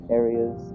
areas